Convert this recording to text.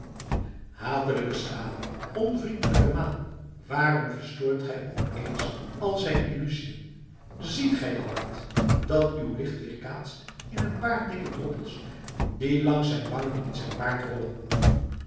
hatelijke schaduw onvriendelijke maan waarom verstoort gij op eens al zijn illusiën ziet gij dan niet dat uw licht weerkaatst in een paar dikke druppels die langs zijn wangen in zijn baard rollen